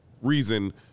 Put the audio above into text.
reason